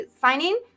signing